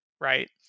right